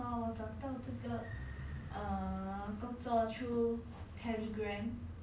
only outlet that can remain open then others need to close down right